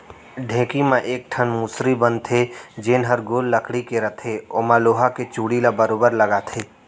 ढेंकी म एक ठन मुसरी बन थे जेन हर गोल लकड़ी के रथे ओमा लोहा के चूड़ी ल बरोबर लगाथे